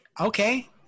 Okay